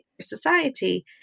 society